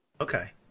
Okay